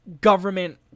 government